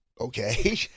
okay